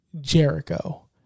Jericho